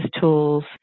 tools